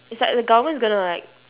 it's like the government is gonna like